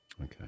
Okay